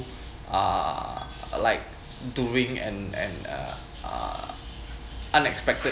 uh like doing and and uh uh unexpected